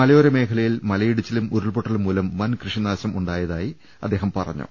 മലയോര മേഖലയിൽ മലയിടിച്ചിലും ഉരുൾപൊട്ടലും മൂലം വൻ കൃഷിനാൾം ഉണ്ടായതായി അദ്ദേഹം പറഞ്ഞു